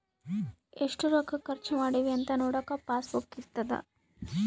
ಎಷ್ಟ ರೊಕ್ಕ ಖರ್ಚ ಮಾಡಿವಿ ಅಂತ ನೋಡಕ ಪಾಸ್ ಬುಕ್ ಇರ್ತದ